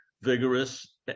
vigorous